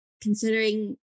considering